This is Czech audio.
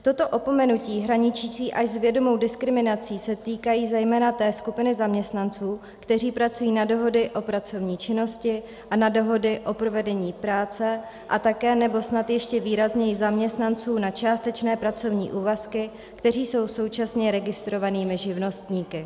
Tato opomenutí hraničící až s vědomou diskriminací se týkají zejména té skupiny zaměstnanců, kteří pracují na dohody o pracovní činnosti a na dohody o provedení práce, a také, nebo snad ještě výrazněji, zaměstnanců na částečné pracovní úvazky, kteří jsou současně registrovanými živnostníky.